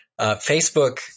Facebook